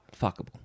Fuckable